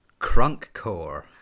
Crunkcore